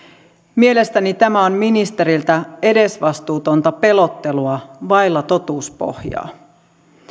mielestäni tämä on ministeriltä edesvastuutonta pelottelua vailla totuuspohjaa